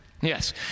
Yes